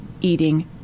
eating